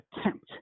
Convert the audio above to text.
attempt